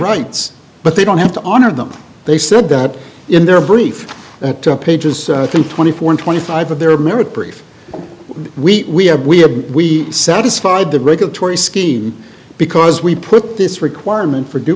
rights but they don't have to honor them they said that in their brief pages in twenty four twenty five of their marriage brief we have we have we satisfied the regulatory scheme because we put this requirement for due